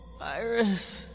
Iris